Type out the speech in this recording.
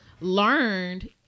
learned